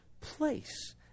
place